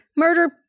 Murder